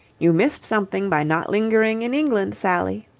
you missed something by not lingering in england, sally.